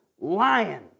Lion